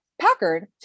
Packard